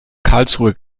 karlsruhe